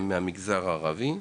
הם ילדים מהמגזר הערבי.